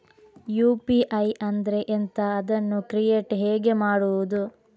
UPI ಅಂದ್ರೆ ಎಂಥ? ಅದನ್ನು ಕ್ರಿಯೇಟ್ ಹೇಗೆ ಮಾಡುವುದು?